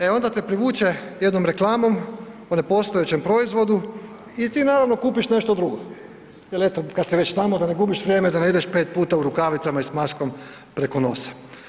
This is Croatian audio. E onda te privuče jednom reklamom o nepostojećem proizvodu i ti naravno kupiš nešto drugo jel eto kada si već tamo da ne gubiš vrijeme da ne ideš pet puta u rukavicama i s maskom preko nosa.